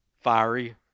Fiery